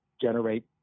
generate